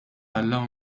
alla